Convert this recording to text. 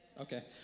okay